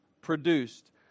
produced